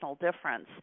difference